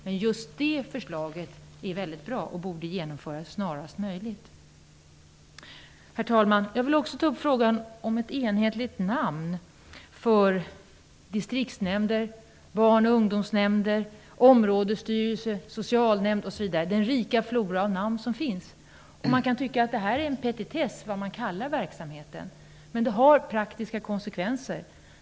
Men just detta förslag är mycket bra, och det borde genomföras snarast möjligt. Jag vill också ta upp frågan om ett enhetligt namn för distriktsnämnder, barn och ungdomsnämnder, områdesstyrelser, socialnämnder osv. Det är en rik flora av namn som finns. Man kan tycka att det är en petitess vad verksamheten kallas. Men det har praktiska konsekvenser.